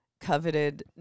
coveted